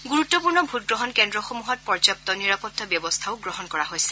গুৰুত্বপূৰ্ণ ভোটগ্ৰহণ কেন্দ্ৰসমূহত পৰ্যাপ্ত নিৰাপত্তা ব্যৱস্থাও গ্ৰহণ কৰা হৈছে